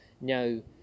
no